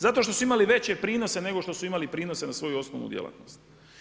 Zato što su imali veće prinose nego što su imali na svoju osnovnu djelatnost.